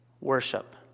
worship